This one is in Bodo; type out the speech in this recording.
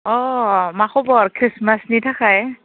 अ मा खबर ख्रिस्टमासनि थाखाय